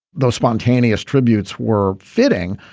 those spontaneous tributes were fitting.